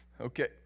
Okay